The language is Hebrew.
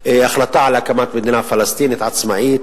החלטה על הקמת מדינה פלסטינית עצמאית,